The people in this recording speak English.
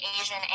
Asian